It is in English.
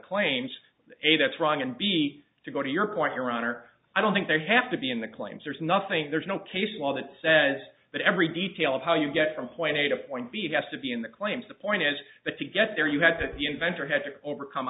claims a that's wrong and b to go to your point your honor i don't think there have to be in the claims there's nothing there's no case law that says that every detail of how you get from point a to point b has to be in the claims the point is that to get there you had to invent or had to overcome